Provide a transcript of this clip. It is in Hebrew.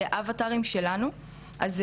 זה נשמע באוזניות כאילו הוא לוחש לי.